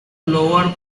lower